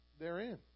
therein